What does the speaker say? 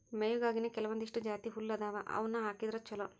ಮೇವಿಗಾಗಿನೇ ಕೆಲವಂದಿಷ್ಟು ಜಾತಿಹುಲ್ಲ ಅದಾವ ಅವ್ನಾ ಹಾಕಿದ್ರ ಚಲೋ